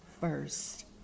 first